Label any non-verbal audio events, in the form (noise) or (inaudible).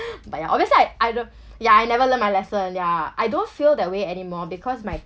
(laughs) but ya obviously I I don't yeah I never learn my lesson ya I don't feel that way anymore because my